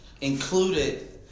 included